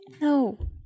No